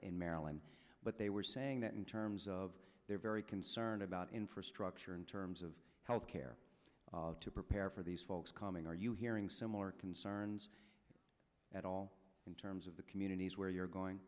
in maryland but they were saying that in terms of they're very concerned about infrastructure in terms of health care to prepare for these folks coming are you hearing similar concerns at all in terms of the communities where you're going